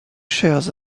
shares